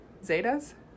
Zetas